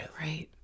Right